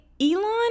Elon